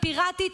הפיראטית,